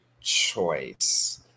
choice